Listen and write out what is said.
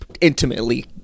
intimately